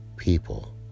people